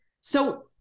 So-